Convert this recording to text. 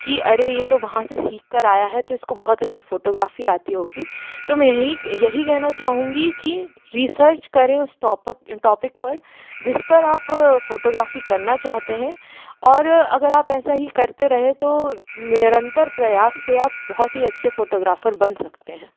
कि अरे ये तो वहाँ से सीख कर आया है तो इसको बहुत अच्छी फ़ोटोग्राफ़ी आती होगी तो मैं यही यही कहना चाहूँगी कि रिसर्च करें उस टोपक टॉपिक पर जिस पर आप फ़ोटोग्राफ़ी करना चाहते हैं और अगर आप ऐसा ही करते रहें तो निरंतर प्रयास से आप बहुत ही अच्छे फ़ोटोग्राफ़र बन सकते हैं